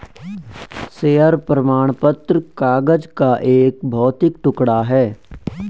share प्रमाण पत्र कागज का एक भौतिक टुकड़ा है